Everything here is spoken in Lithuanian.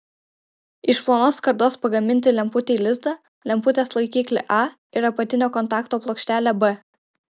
iš plonos skardos pagaminti lemputei lizdą lemputės laikiklį a ir apatinio kontakto plokštelę b